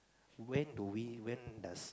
when do we when does